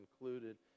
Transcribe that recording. included